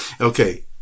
Okay